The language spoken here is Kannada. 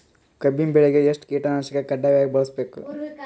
ಕಬ್ಬಿನ್ ಬೆಳಿಗ ಎಷ್ಟ ಕೀಟನಾಶಕ ಕಡ್ಡಾಯವಾಗಿ ಬಳಸಬೇಕು?